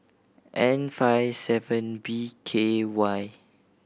N five seven B K Y